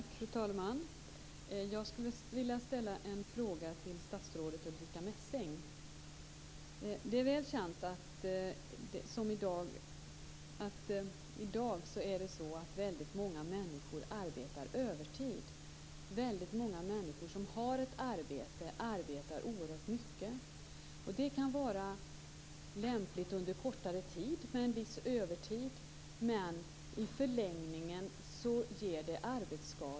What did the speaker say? Fru talman! Jag skulle vilja ställa en fråga till statsrådet Ulrica Messing. Det är väl känt att många människor i dag arbetar övertid. Väldigt många människor som har ett arbete arbetar oerhört mycket. Det kan vara lämpligt under kortare tid med en viss övertid. Men i förlängningen ger det arbetsskador.